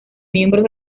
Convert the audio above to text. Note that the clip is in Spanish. miembros